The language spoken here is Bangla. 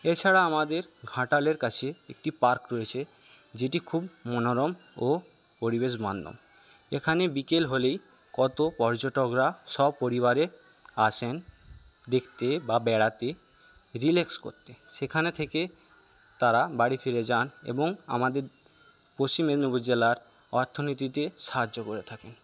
এছাড়া আমাদের ঘাটালের কাছে একটি পার্ক রয়েছে যেটি খুব মনোরম ও পরিবেশবান্ধব এখানে বিকেল হলেই কত পর্যটকরা সপরিবারে আসেন দেখতে বা বেড়াতে রিলেক্স করতে সেখানে থেকে তারা বাড়ি ফিরে যান এবং আমাদের পশ্চিম মেদনীপুর জেলার অর্থনীতিতে সাহায্য করে থাকেন